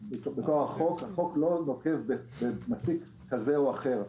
החוק לא נוקב במפיק כזה או אחר.